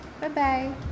Bye-bye